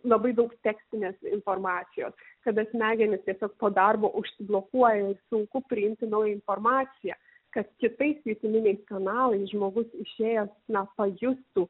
labai daug tekstinės informacijos kada smegenys tiesiog po darbo užsiblokuoja ir sunku priimti naują informaciją kad kitais jutiminiais kanalais žmogus išėjęs na pajustų